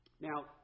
Now